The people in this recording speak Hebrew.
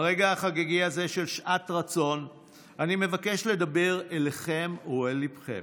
ברגע החגיגי הזה של שעת רצון אני מבקש לדבר אליכם ואל ליבכם.